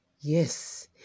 yes